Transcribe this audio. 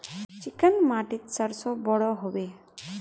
Chicken माटित सरसों बढ़ो होबे?